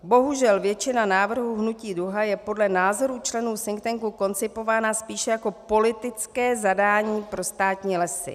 Bohužel většina návrhů Hnutí Duha je podle názorů členů think tanku koncipována spíše jako politické zadání pro státní lesy.